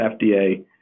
FDA